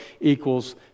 equals